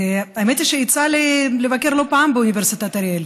האמת היא שיצא לי לבקר לא פעם באוניברסיטת אריאל.